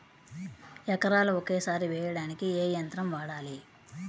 ఎకరాలు ఒకేసారి వేయడానికి ఏ యంత్రం వాడాలి?